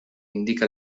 indica